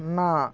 ନା